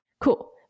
Cool